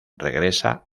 regresa